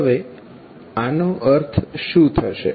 હવે આનો અર્થ શુ થશે